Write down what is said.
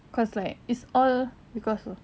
cause like it's all because of